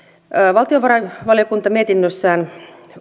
valtiovarainvaliokunta mietinnössään